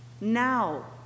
now